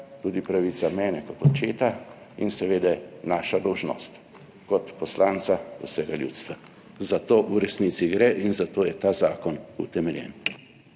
tudi pravica mene kot očeta, in seveda naša dolžnost kot poslanca vsega ljudstva. Za to v resnici gre in zato je ta zakon utemeljen.